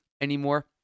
anymore